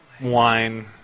wine